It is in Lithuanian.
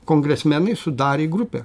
kongresmenai sudarė grupę